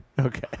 okay